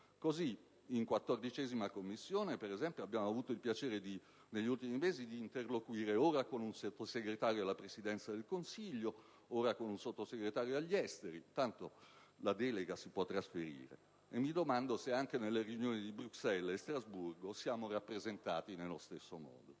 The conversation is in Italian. sostituirlo. In Commissione 14a, per esempio, abbiamo avuto il piacere negli ultimi mesi di interloquire, ora con un Sottosegretario alla Presidenza del Consiglio, ora con un Sottosegretario agli esteri: tanto, la delega si può trasferire. Mi domando se anche nelle riunioni di Bruxelles e Strasburgo siamo rappresentati allo stesso modo.